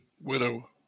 widow